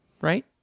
Right